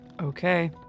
Okay